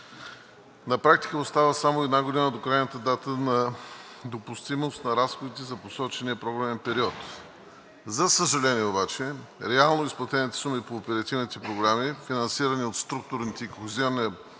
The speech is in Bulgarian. На практика остава само една година до крайната дата на допустимост на разходите за посочения програмен период. За съжаление обаче, реално изплатените суми по оперативните програми, финансирани от структурните и Кохезионния